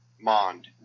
mond